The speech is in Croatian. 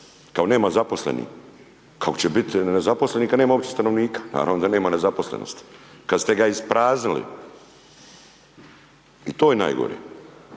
kao nema zaposlenih, kako će biti nezaposlenih kad nema uopće stanovnika, naravno da nema nezaposlenosti, kad ste ga ispraznili i to je najgore,